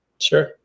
Sure